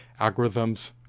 algorithms